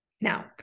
Now